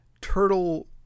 turtle